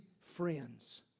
friends